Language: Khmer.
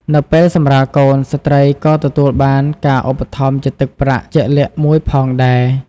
នៅពេលសម្រាលកូន ស្ត្រីក៏ទទួលបានការឧបត្ថម្ភជាទឹកប្រាក់ជាក់លាក់មួយផងដែរ។